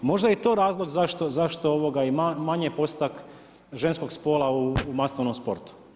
Možda je i to razlog zašto i manji postotak ženskog spola u masovnom sportu.